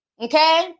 okay